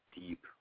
deep